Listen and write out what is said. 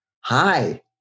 Hi